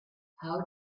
how